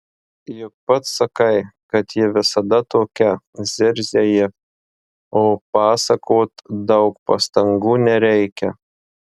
juk pats sakai kad ji visada tokia zirzia ji o pasakot daug pastangų nereikia